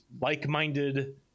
like-minded